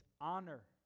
honor